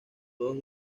dos